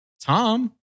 Tom